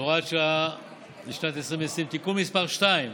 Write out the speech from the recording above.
והוראת שעה לשנת 2020) (תיקון מס' 2),